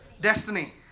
destiny